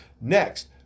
Next